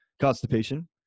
constipation